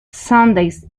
sundays